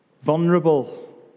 vulnerable